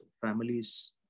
families